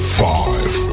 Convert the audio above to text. five